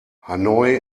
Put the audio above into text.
hanoi